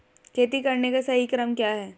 खेती करने का सही क्रम क्या है?